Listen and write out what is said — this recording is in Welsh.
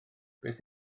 beth